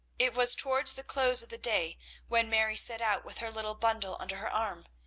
it was towards the close of the day when mary set out with her little bundle under her arm,